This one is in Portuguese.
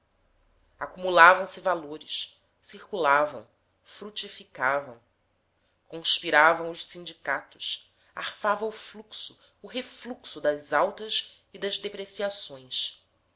de fraude acumulavam se valores circulavam frutificavam conspiravam os sindicatos arfava o fluxo o refluxo das altas e das depreciações